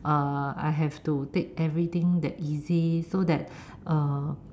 uh I have to take everything that easy so that